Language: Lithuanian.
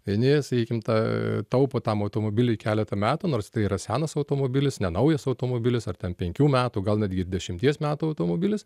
vieni sakykim tą taupo tam automobiliui keletą metų nors tai yra senas automobilis nenaujas automobilis ar ten penkių metų gal netgi ir dešimties metų automobilis